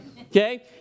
Okay